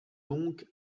donc